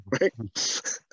right